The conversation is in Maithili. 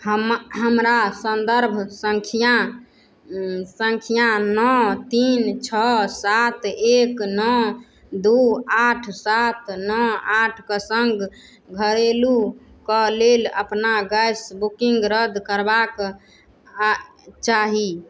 हम हमरा संदर्भ संख्या संख्या नओ तीन छओ सात एक नओ दू आठ सात नओ आठके सङ्ग घरेलूके लेल अपना गैस बुकिंग रद्द करबाक चाही